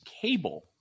cable